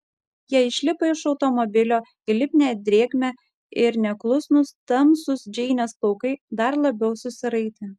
jie išlipo iš automobilio į lipnią drėgmę ir neklusnūs tamsūs džeinės plaukai dar labiau susiraitė